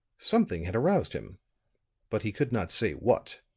something had aroused him but he could not say what.